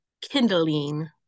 kindling